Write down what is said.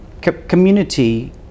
community